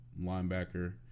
linebacker